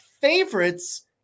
favorites